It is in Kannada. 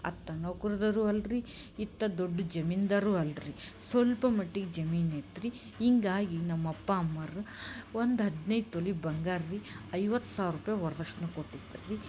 ಅತ್ತ ನೌಕರದವ್ರು ಅಲ್ಲ ರೀ ಇತ್ತ ದೊಡ್ಡ ಜಮೀನ್ದಾರರೂ ಅಲ್ಲ ರೀ ಸ್ವಲ್ಪ ಮಟ್ಟಿಗೆ ಜಮೀನು ಇತ್ತು ರೀ ಹೀಗಾಗಿ ನಮ್ಮ ಅಪ್ಪ ಅಮ್ಮರು ಒಂದು ಹದಿನೈದು ತೊಲ ಬಂಗಾರ ರೀ ಐವತ್ತು ಸಾವಿರ ರೂಪಾಯಿ ವರ್ದಕ್ಷಿಣೆ ಕೊಟ್ಟಿದ್ರು ರೀ